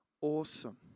awesome